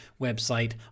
website